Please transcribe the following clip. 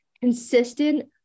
Consistent